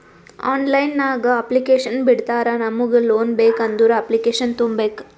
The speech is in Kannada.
ಆನ್ಲೈನ್ ನಾಗ್ ಅಪ್ಲಿಕೇಶನ್ ಬಿಡ್ತಾರಾ ನಮುಗ್ ಲೋನ್ ಬೇಕ್ ಅಂದುರ್ ಅಪ್ಲಿಕೇಶನ್ ತುಂಬೇಕ್